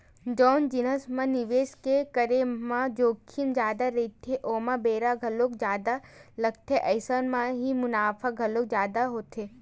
जउन जिनिस म निवेस के करे म जोखिम जादा रहिथे ओमा बेरा घलो जादा लगथे अइसन म ही मुनाफा घलो जादा होथे